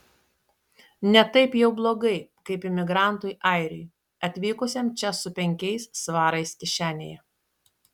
ne taip jau blogai kaip imigrantui airiui atvykusiam čia su penkiais svarais kišenėje